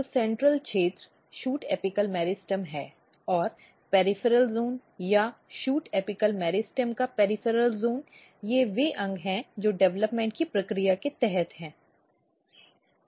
तो सेंट्रल क्षेत्र shoot apical meristem है और पेरिफेरल ज़ोन या शूट एपिकल मेरिस्टेम का पेरिफेरल क्षेत्र ये वे अंग हैं जो डेवलपमेंट की प्रक्रिया के तहत हैं